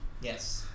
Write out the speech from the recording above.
Yes